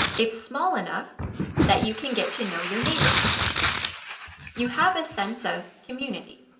it's small enough that you can get to know your neighbours you have a sense of community.